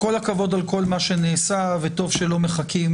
כל הכבוד על מה שנעשה וטוב שלא מחכים